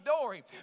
dory